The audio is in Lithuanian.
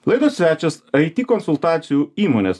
laidos svečias aiti konsultacijų įmonės